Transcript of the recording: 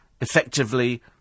effectively